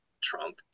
Trump